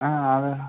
ஆ